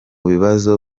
bibazo